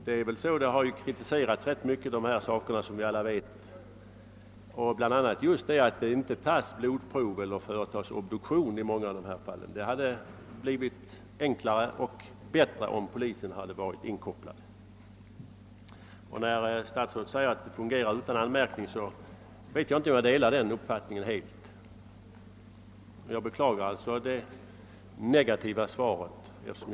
Det som kritiserats är ju bl.a. att det inte tas blodprov eller företas obduktion i dessa fall. Det hade blivit enklare att vidtaga dessa åtgärder om polisen varit inkopplad. Statsrådet säger att systemet fungerat utan anmärkning. Jag kan inte dela denna uppfattning, och jag beklagar alltså att svaret är negativt.